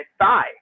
thigh